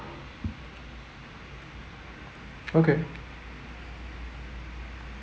okay